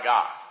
God